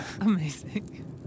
Amazing